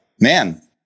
man